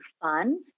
fun